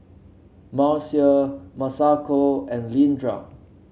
Marcia Masako and Leandra